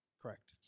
correct